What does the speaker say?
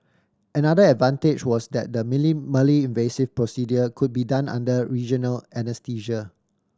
another advantage was that the minimally invasive procedure could be done under regional anaesthesia